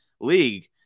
league